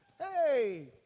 Hey